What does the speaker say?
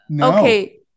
okay